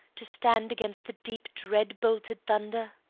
to stand against the deep dread-bolted thunder?